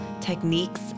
techniques